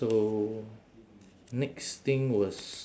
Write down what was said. so next thing was